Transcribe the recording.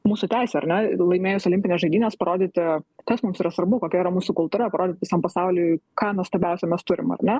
mūsų teisė ar ne laimėjus olimpines žaidynes parodyti kas mums yra svarbu kokia yra mūsų kultūra parodyt visam pasauliui ką nuostabiausia mes turim ar ne